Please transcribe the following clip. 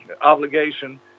obligation